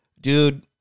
dude